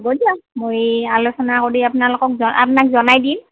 হ'ব দিয়া মই আলোচনা কৰি আপোনালোকক আপোনাক জনাই দিম